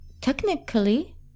technically